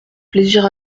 plaisir